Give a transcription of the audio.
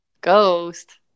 Ghost